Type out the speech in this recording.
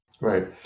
Right